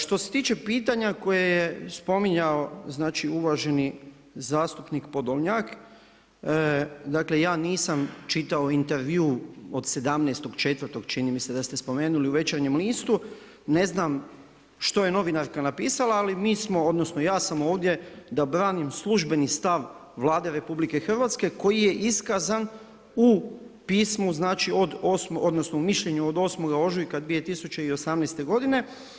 Što se tiče pitanja koje je spominjao uvaženi zastupnik Podolnjak, dakle ja nisam čitao intervju od 17.4., čini mi se da ste spomenuli, u Večernjem listu, ne znam što je novinarka napisala, ali mi smo odnosno ja sam ovdje da branim službeni stav Vlade RH koji je iskazan u pismu odnosno u mišljenju od 8. ožujka 2018. godine.